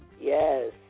Yes